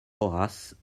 horace